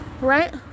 Right